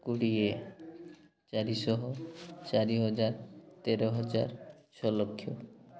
କୋଡ଼ିଏ ଚାରିଶହ ଚାରି ହଜାର ତେର ହଜାର ଛଅ ଲକ୍ଷ